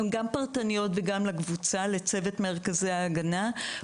הן גם פרטניות וגם לקבוצה, לצוות מרכזי ההגנה.